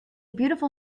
beautiful